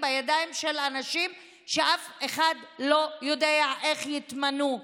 בידיים של אנשים שאף אחד לא יודע איך יתמנו.